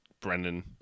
Brendan